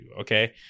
Okay